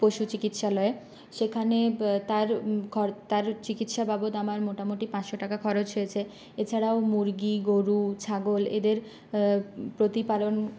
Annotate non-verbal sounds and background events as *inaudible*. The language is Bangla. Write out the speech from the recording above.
পশু চিকিৎসালয়ে সেখানে তার *unintelligible* তার চিকিৎসা বাবদ আমার মোটামুটি পাঁচশো টাকা খরচ হয়েছে এ ছাড়াও মুরগি গরু ছাগল এদের প্রতিপালন